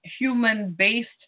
human-based